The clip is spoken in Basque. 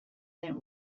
den